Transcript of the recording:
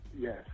Yes